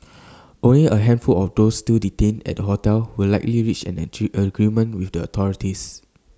only A handful of those still detained at the hotel will likely reach an achieve agreement with the authorities